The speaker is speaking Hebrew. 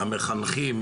המחנכים,